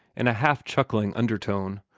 in a half-shuckling undertone.